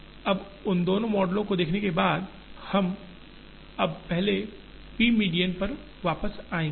अब उन दो मॉडलों को देखने के बाद हम अब पहले p मीडियन पर वापस आएंगे